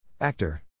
Actor